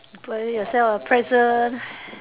buy yourself a present